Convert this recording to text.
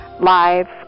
live